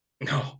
No